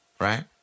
right